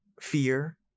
fear